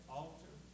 altar